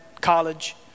college